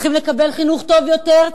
צריכים לקבל חינוך טוב יותר,